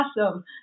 awesome